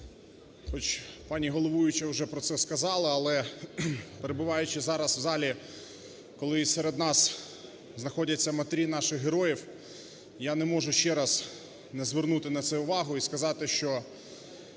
Хоч пані головуюча уже про це сказала, перебуваючи зараз в залі, коли серед нас знаходяться матері наших героїв, я не можу ще раз не звернути на це увагу і сказати, що